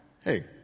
hey